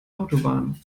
autobahn